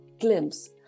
glimpse